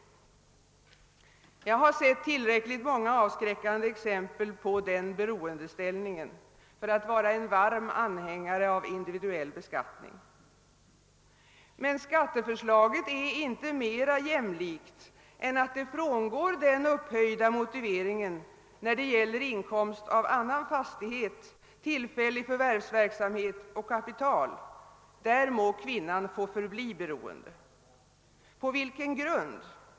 Jag har sett tillräckligt många avskräckande exempel på den beroendeställningen för att vara en varm anhängare av individuell beskattning. Men skatteförslaget är inte mera jämlikt än att det frångår den upphöjda motiveringen när det gäller inkomst av annan fastighet, tillfällig förvärvsverksamhet och kapital — där må kvinnar få förbli beroende. På vilken grund?